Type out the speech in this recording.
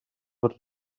were